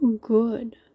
good